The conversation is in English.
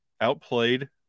outplayed